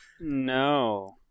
No